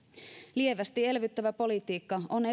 lievästi elvyttävä politiikka on